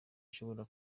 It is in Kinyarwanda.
ishobora